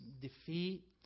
defeat